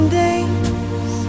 days